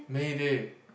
Mayday